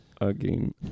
again